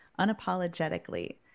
unapologetically